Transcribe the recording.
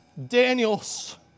Daniels